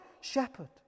shepherd